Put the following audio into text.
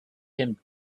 him